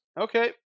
Okay